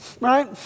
right